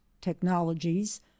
technologies